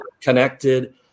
connected